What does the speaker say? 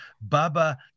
Baba